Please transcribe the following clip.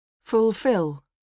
Fulfill